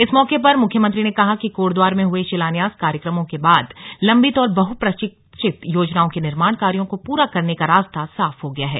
इस मौके पर मुख्यमंत्री ने कहा कि कोटद्वार में हुए शिलान्यास कार्यक्रमों के बाद लंबित और बहुप्रक्षित योजनाओं के निर्माण कार्यो को पूरा करने का रास्ता साफ हो गया है